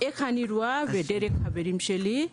איך אני רואה ודרך חברים שלי,